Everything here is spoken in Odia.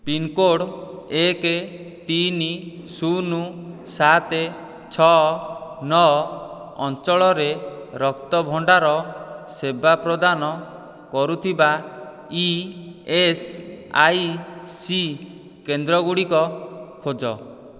ପିନ୍କୋଡ଼୍ ଏକ ତିନି ଶୂନ ସାତ ଛଅ ନଅ ଅଞ୍ଚଳରେ ରକ୍ତ ଭଣ୍ଡାର ସେବା ପ୍ରଦାନ କରୁଥିବା ଇ ଏସ୍ ଆଇ ସି କେନ୍ଦ୍ରଗୁଡ଼ିକ ଖୋଜ